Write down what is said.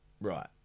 right